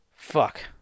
Fuck